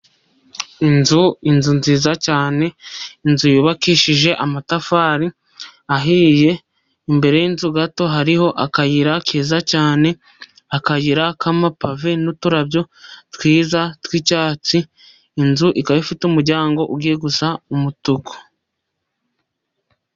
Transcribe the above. Inzu, inzu nziza cyane, inzu yubakishije amatafari ahiye, imbere yinzu gato hariho akayira keza cyane, akayira k'amapave, n'uturabyo twiza tw'icyatsi, inzu ikaba ifite umuryango ugiye gusa umutuku.